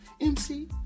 MC